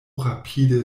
rapide